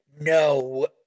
no